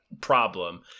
problem